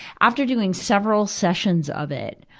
after doing several sessions of it,